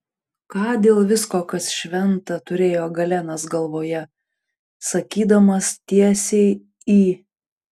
ką dėl visko kas šventa turėjo galenas galvoje sakydamas tiesiai į